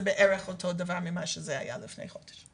בערך אותו דבר ממה שזה היה לפני חודש.